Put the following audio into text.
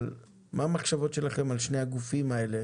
אבל מה המחשבות שלכם לגבי שני הגופים האלה